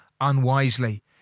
unwisely